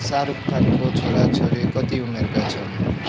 शाहरुख खानको छोराछोरी कति उमेरका छन्